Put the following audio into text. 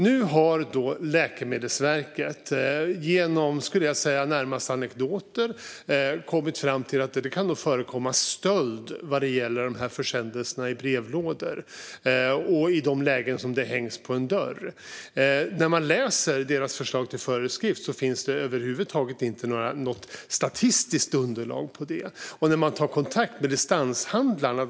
Nu har Läkemedelsverket, baserat på vad jag närmast skulle kalla anekdoter, kommit fram till att det kan förekomma stöld av försändelser till brevlådor och i de lägen de hängs på en dörr. I myndighetens förslag till föreskrift finns över huvud taget inget statistiskt underlag till det.